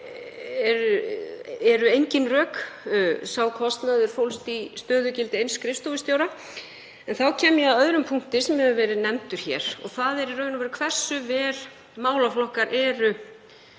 eru engin rök. Sá kostnaður fólst í stöðugildi eins skrifstofustjóra. Þá kem ég að öðrum punkti sem hefur verið nefndur hér og það er hversu vel málaflokkar eru